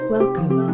Welcome